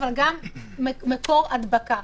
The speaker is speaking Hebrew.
אבל גם מקור הדבקה.